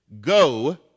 go